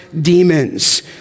demons